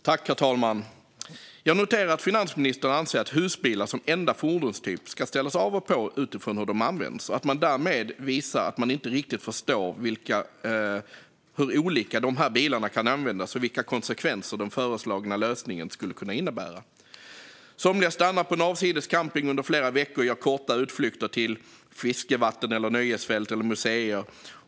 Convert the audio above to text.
Herr talman! Jag noterar att finansministern anser att husbilar som enda fordonstyp ska ställas av och på utifrån hur de används. Därmed visar man att man inte riktigt förstår hur olika dessa bilar kan användas och vilka konsekvenser den föreslagna lösningen skulle kunna innebära. Somliga stannar på en avsides camping under flera veckor och gör korta utflykter till fiskevatten, nöjesfält eller museer.